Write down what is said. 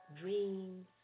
dreams